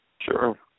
Sure